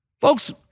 Folks